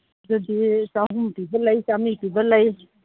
ꯑꯗꯨꯗꯤ ꯆꯥꯍꯨꯝ ꯄꯤꯕ ꯂꯩ ꯆꯥꯝꯃꯔꯤ ꯄꯤꯕ ꯂꯩ